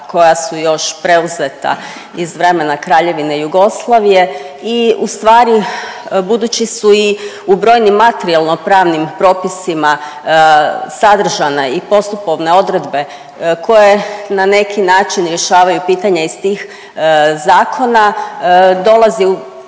koja su još preuzeta iz vremena Kraljevine Jugoslavije i ustvari budući su i u brojnim materijalno pravnim propisima sadržana i postupovne odredbe koje na neki način rješavaju pitanja iz tih zakona dolazi u